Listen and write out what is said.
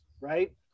right